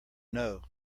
know